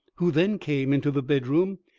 who then came into the bedroom,